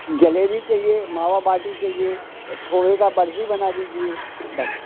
जलेबी चाहिए मावा बाटी चाहिए खोए की बर्फी बना दीजिए बस